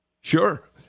Sure